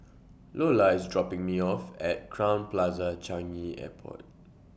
Lolla IS dropping Me off At Crowne Plaza Changi Airport